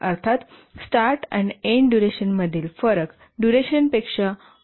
अर्थात स्टार्ट आणि एन्ड डुरेशनतील फरक डुरेशनपेक्षा मोठा असणे आवश्यक आहे